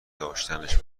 داشتنش